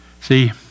See